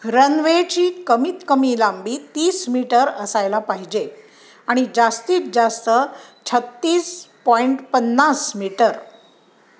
रनवेची कमीत कमी लांबी तीस मीटर असायला पाहिजे आणि जास्तीत जास्त छत्तीस पॉईंट पन्नास मीटर